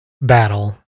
battle